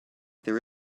there